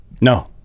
No